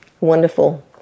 wonderful